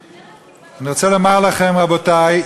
אני רוצה לומר לכם, רבותי,